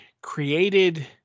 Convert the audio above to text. created